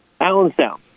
Allenstown